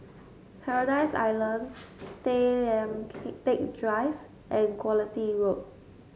Paradise Island Tay Lian Teck Drive and Quality Road